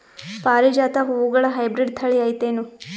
ಪಾರಿಜಾತ ಹೂವುಗಳ ಹೈಬ್ರಿಡ್ ಥಳಿ ಐತೇನು?